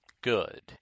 good